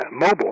mobile